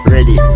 Ready